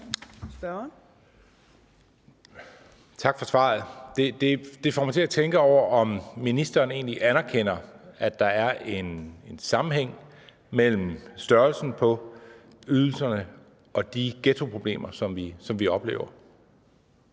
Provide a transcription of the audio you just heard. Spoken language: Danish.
Tak for svaret. Det får mig til at tænke over, om ministeren egentlig anerkender, at der er en sammenhæng mellem størrelsen på ydelserne og de ghettoproblemer, som vi oplever.